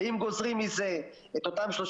אם גוזרים מזה 37%,